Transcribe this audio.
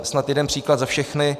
Snad jeden příklad za všechny.